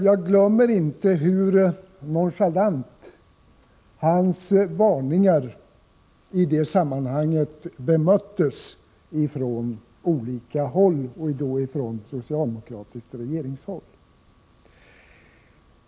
Jag glömmer inte hur nonchalant hans varningar i det sammanhanget bemöttes från olika håll, bl.a. från socialdemokratiskt regeringshåll.